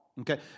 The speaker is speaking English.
okay